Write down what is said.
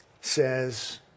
says